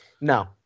no